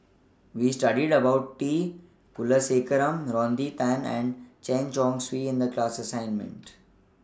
We studied about T Kulasekaram Rodney Tan and Chen Chong Swee in The class assignment